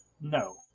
No